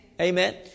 Amen